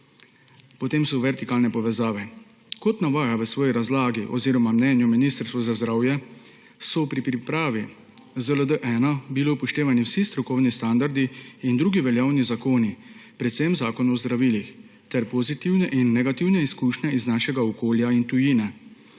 potem so vertikalne povezave. Kot navaja v svoji razlagi oziroma mnenju Ministrstvo za zdravje, so bili pri pripravi ZLD-1 upoštevani vsi strokovni standardi in drugi veljavni zakoni, predvsem Zakon o zdravilih ter pozitivne in negativne izkušnje iz našega okolja in tujine.